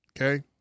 Okay